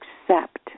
accept